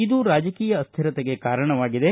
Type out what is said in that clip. ಇದು ರಾಜಕೀಯ ಅಸ್ವಿರತೆಗೆ ಕಾರಣವಾಗಿದೆ